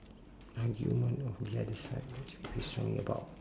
argument of the other side which I feel strongly about